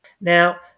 now